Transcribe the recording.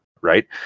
right